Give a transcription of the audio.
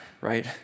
right